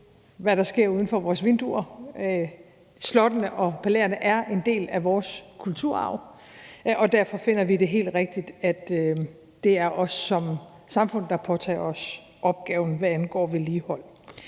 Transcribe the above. hvad der sker uden for vores vinduer. Slottene og palæerne er en del af vores kulturarv, og derfor finder vi det helt rigtigt, at det er os som samfund, der påtager os opgaven, hvad angår vedligehold.